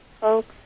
folks